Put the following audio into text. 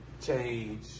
change